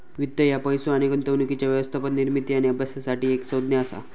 वित्त ह्या पैसो आणि गुंतवणुकीच्या व्यवस्थापन, निर्मिती आणि अभ्यासासाठी एक संज्ञा असा